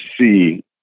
see